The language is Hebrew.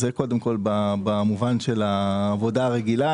זה במובן של העבודה הרגילה,